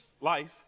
life